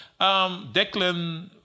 Declan